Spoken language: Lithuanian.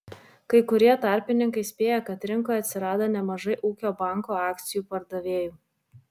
kai kurie tarpininkai spėja kad rinkoje atsirado nemažai ūkio banko akcijų pardavėjų